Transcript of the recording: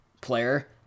player